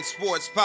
Sports